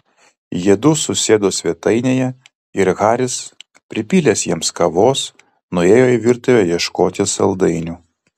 jiedu susėdo svetainėje ir haris pripylęs jiems kavos nuėjo į virtuvę ieškoti saldainių